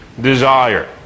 desire